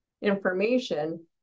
information